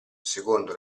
secondo